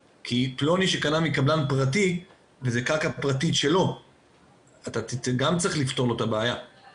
90. הייתי צריך להתארח בדירה שמדי מים דיגיטליים לא סודרו שם.